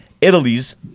italy's